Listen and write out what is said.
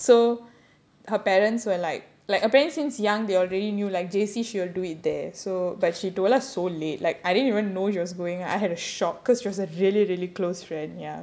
so her parents were like like apparently since young they already knew like J_C she will do it there so but she told us so late like I didn't even she was going I had a shock because she was a really really close friend ya